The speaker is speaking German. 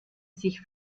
sich